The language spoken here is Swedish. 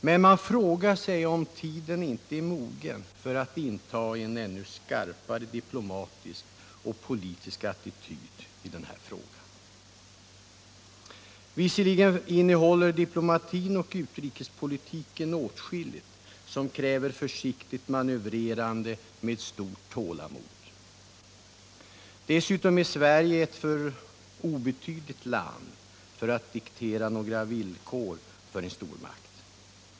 Men man frågar sig om tiden inte är mogen för att inta en ännu skarpare diplomatisk och politisk attityd mot Sovjet i denna fråga. Visserligen innehåller diplomatin och utrikespolitiken åtskilligt som kräver försiktigt manövrerande med stort tålamod. Dessutom är Sverige ett alltför obetydligt land för att diktera några villkor för en stormakt.